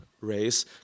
race